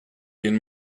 den